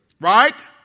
Right